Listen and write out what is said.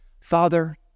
Father